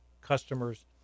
customers